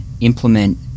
implement